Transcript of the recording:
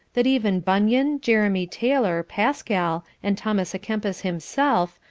that even bunyan, jeremy taylor, pascal, and thomas a'kempis himself,